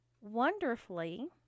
wonderfully